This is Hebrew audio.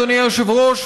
אדוני היושב-ראש,